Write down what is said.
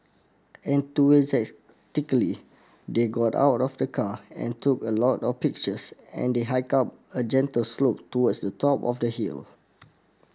enthusiastically they got out of the car and took a lot of pictures and they hike up a gentle slope towards the top of the hill